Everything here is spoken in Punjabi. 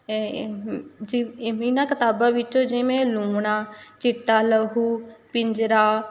ਜਿ ਇਵੇਂ ਨਾ ਕਿਤਾਬਾਂ ਵਿੱਚੋਂ ਜਿਵੇਂ ਲੂਮਣਾ ਚਿੱਟਾ ਲਹੂ ਪਿੰਜਰਾ